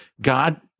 God